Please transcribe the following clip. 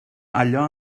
allò